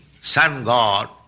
sun-god